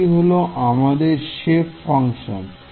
এটি হলো আমাদের শেপ ফাংশন